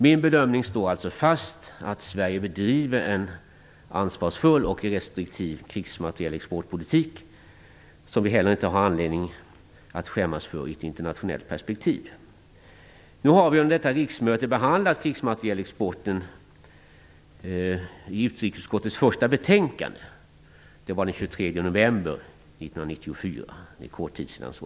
Min bedömning står alltså fast: Sverige bedriver en ansvarsfull och restriktiv krigsmaterielexportpolitik som vi inte har anledning att skämmas för i ett internationellt perspektiv. Under detta riksmöte har vi behandlat krigsmaterielexporten i utrikesutskottets första betänkande. Det var den 23 november 1994, således för kort tid sedan.